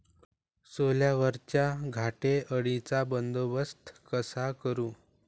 सोल्यावरच्या घाटे अळीचा बंदोबस्त कसा करू?